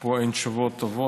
פה אין תשובות טובות.